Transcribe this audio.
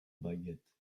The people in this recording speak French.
baguette